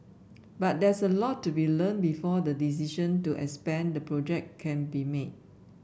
but there's a lot to be learnt before the decision to expand the project can be made